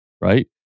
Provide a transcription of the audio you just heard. Right